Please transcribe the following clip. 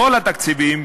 כל התקציבים,